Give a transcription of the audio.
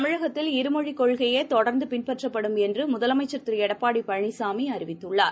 தமிழகத்தில் இருமொழிக் கொள்கையேதொடர்ந்துபின்பற்றப்படும் என்றுமுதலமைச்ச் திருஎடப்பாடிபழனிசாமிஅறிவித்துள்ளார்